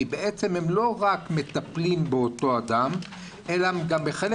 בעצם הם לא רק מטפלים באותו אדם אלא בחלק